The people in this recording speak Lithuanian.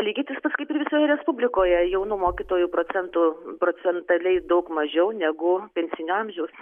lygiai tas pats kaip ir visoje respublikoje jaunų mokytojų procentu procentaliai daug mažiau negu pensinio amžiaus